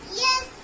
yes